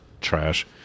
Trash